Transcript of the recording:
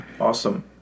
Awesome